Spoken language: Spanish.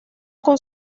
con